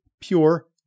pure